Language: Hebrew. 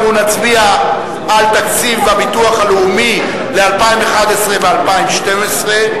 אנחנו נצביע על תקציב הביטוח הלאומי ל-2011 ו-2012,